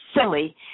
silly